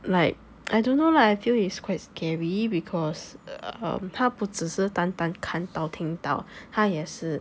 like I don't know lah I feel is quite scary because um 她不只是单单看到听到她也是